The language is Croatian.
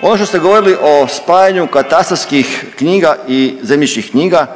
Ono što ste govorili o spajanju katastarskih knjiga i zemljišnih knjiga,